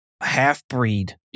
half-breed